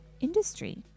industry